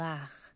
Lach